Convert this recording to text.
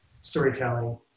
storytelling